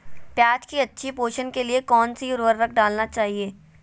प्याज की अच्छी पोषण के लिए कौन सी उर्वरक डालना चाइए?